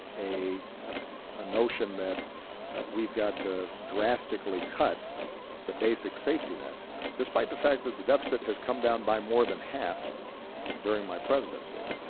a ah notion that we've got to drastically cut the basic safety net despite the fact that the deficit has come down by more than half during my presidency